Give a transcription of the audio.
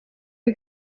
not